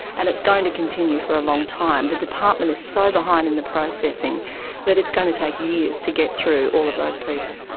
and it's going to continue for a long time. the department is so behind in the processing that it's going to take years to get through all of those people.